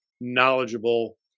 knowledgeable